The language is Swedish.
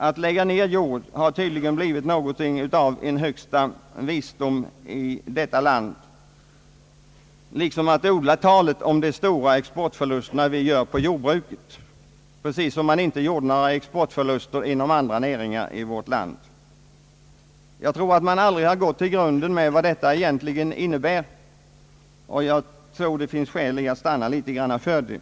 Att lägga ner jord har tydligen blivit något av en högsta visdom i detta land, liksom att odla talet om de stora exportförluster som vi gör på jordbruket, precis som om man inte gjorde exportförluster inom andra näringar. Jag tror att man aldrig har gått till grunden med vad detta egentligen innebär, och jag tror det finns skäl för att stanna litet grand vid det.